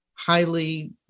highly